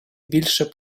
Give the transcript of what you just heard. більше